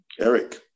Eric